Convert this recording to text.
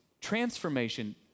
transformation